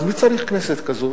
אז מי צריך כנסת כזאת?